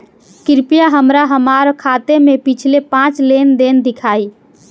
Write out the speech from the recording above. कृपया हमरा हमार खाते से पिछले पांच लेन देन दिखाइ